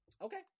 Okay